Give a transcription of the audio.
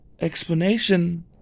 explanation